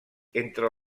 entre